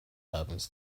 happens